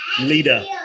leader